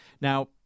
Now